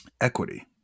equity